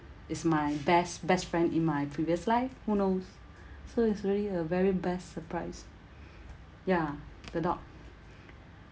it's my best best friend in my previous life who knows so it's really a very best surprise ya the dog